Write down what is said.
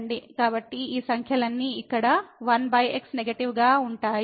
కాబట్టి ఈ సంఖ్యలన్నీ ఇక్కడ 1xనెగెటివ్ గా ఉంటాయి